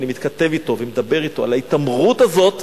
במשך תקופה ארוכה אני מתכתב אתו ומדבר אתו על ההתעמרות הזאת,